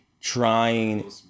trying